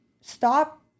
Stop